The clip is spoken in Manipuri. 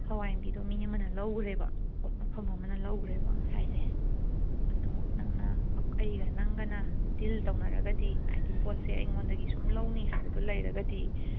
ꯍꯋꯥꯏ ꯃꯨꯕꯤꯗꯣ ꯃꯤ ꯑꯃꯅ ꯂꯧꯈ꯭ꯔꯦꯕ ꯄꯣꯠ ꯃꯐꯝ ꯑꯃꯅ ꯂꯩꯈ꯭ꯔꯦꯕ ꯉꯁꯥꯏꯁꯦ ꯑꯗꯣ ꯅꯪꯅ ꯑꯩꯒ ꯅꯪꯒꯅ ꯗꯤꯜ ꯇꯧꯅꯔꯒꯗꯤ ꯍꯥꯏꯗꯤ ꯄꯣꯠꯁꯦ ꯑꯩꯉꯣꯟꯗꯒꯤ ꯁꯨꯝ ꯂꯧꯅꯤ ꯍꯥꯏꯕꯗꯣ ꯂꯩꯔꯒꯗꯤ